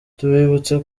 tubibutse